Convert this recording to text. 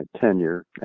tenure